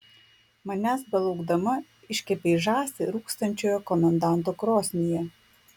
manęs belaukdama iškepei žąsį rūkstančioje komendanto krosnyje